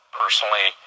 personally